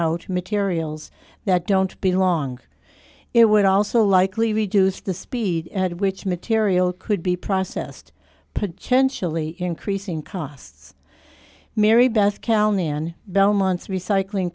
out materials that don't belong it would also likely reduce the speed at which material could be processed potentially increasing costs marybeth counting on belmont's recycling